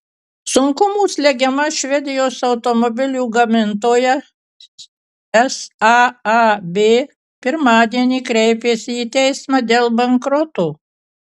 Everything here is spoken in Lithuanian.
sunkumų slegiama švedijos automobilių gamintoja saab pirmadienį kreipėsi į teismą dėl bankroto